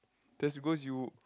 that's because you